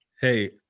Hey